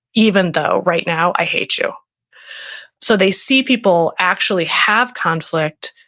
even though right now i hate you so they see people actually have conflict,